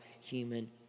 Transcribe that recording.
human